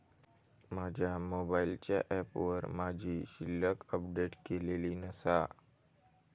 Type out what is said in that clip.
माझ्या मोबाईलच्या ऍपवर माझी शिल्लक अपडेट केलेली नसा